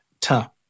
Ta